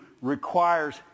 requires